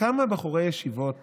כמה בחורי ישיבות